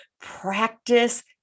practice